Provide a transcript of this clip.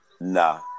Nah